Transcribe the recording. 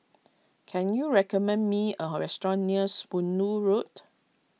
can you recommend me a restaurant near Spooner Road